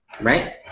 Right